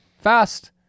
fast